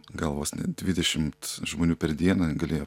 gal vos ne dvidešimt žmonių per dieną galėjo